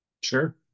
Sure